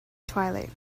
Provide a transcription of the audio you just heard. twilight